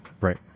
right